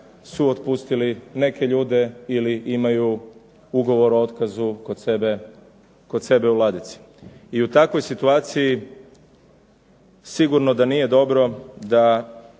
su otpustili neke ljude ili imaju ugovor o otkazu kod sebe u ladici. I u takvoj situaciji sigurno da nije dobro da